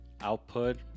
output